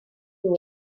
dwy